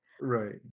Right